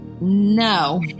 No